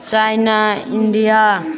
China India